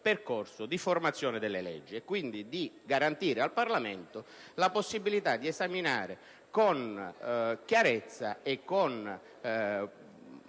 percorso di formazione delle leggi e, quindi, di garantire al Parlamento la possibilità di esaminare con chiarezza e in